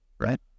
Right